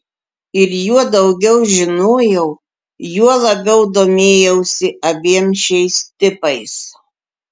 ir juo daugiau žinojau juo labiau domėjausi abiem šiais tipais